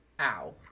Ow